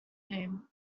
name